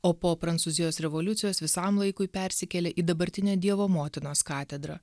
o po prancūzijos revoliucijos visam laikui persikėlė į dabartinę dievo motinos katedrą